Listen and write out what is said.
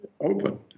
open